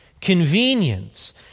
convenience